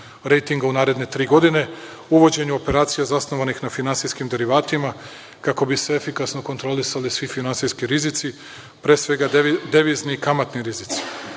rejtinga u naredne tri godine, uvođenju operacija zasnovanih na finansijskim derivatima kako bi se efikasno kontrolisali svi finansijski rizici, pre svega devizni i kamatni